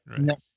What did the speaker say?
right